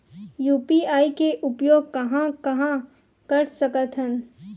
UPI के उपयोग कहां कहा कर सकत हन?